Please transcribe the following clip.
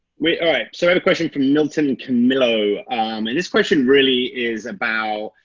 wait, all right so i have a question from milton camillo. and this question really is about